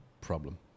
problem